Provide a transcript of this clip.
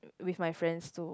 with my friends too